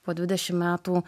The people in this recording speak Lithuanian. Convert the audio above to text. po dvidešimt metų